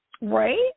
Right